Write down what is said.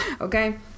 Okay